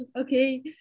okay